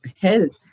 help